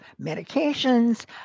medications